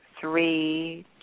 three